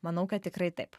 manau kad tikrai taip